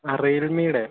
ആ റിയൽമിയുടെ